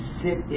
sit